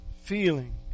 feeling